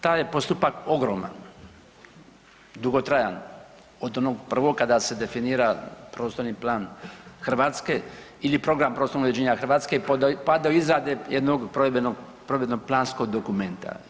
Taj je postupak ogroman, dugotrajan od onog prvog kada se definira prostorni plan Hrvatske ili program prostornog uređenja Hrvatske pa do iza jednog provedbeno planskog dokumenta.